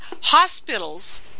hospitals